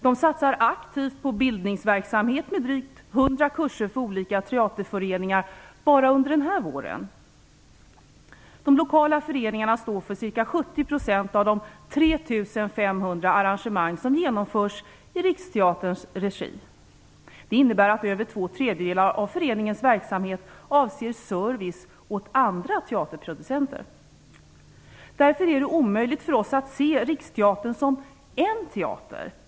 De satsar aktivt på bildningsverksamhet, med drygt 100 kurser för olika teaterföreningar bara under den här våren. De lokala föreningarna står för ca 70 % av de 3 500 arrangemang som genomförs i Riksteaterns regi. Det innebär att över två tredjedelar av föreningens verksamhet avser service åt andra teaterproducenter. Därför är det omöjligt för oss att se Riksteatern som en teater.